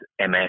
MS